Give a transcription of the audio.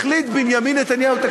החליט בנימין נתניהו, איפה הלב שלך?